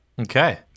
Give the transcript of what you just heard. Okay